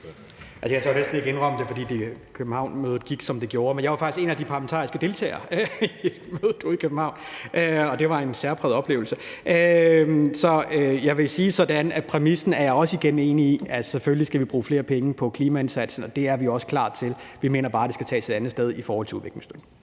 jeg tør næsten ikke indrømme det, fordi Københavnmødet gik, som det gjorde, men jeg var faktisk en af de parlamentariske deltagere i mødet i København, og det var en særpræget oplevelse. Jeg vil sige det sådan, at jeg igen er enig i præmissen. Selvfølgelig skal vi bruge flere penge på klimaindsatsen, og det er vi også klar til. Vi mener bare, de skal tages et andet sted fra i forhold til udviklingsstøtten.